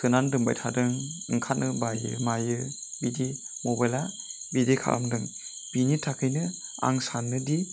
सोनानै दोनबा थादों ओंखारनो बायो मायो बिदि मबाइला बिदि खालामदों बिनि थाखाइनो आं सानोदि